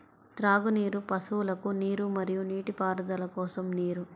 త్రాగునీరు, పశువులకు నీరు మరియు నీటిపారుదల కోసం నీరు